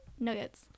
Nuggets